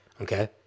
Okay